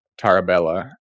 Tarabella